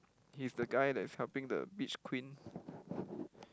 he's the guy that's helping the beach queen